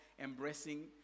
embracing